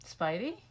Spidey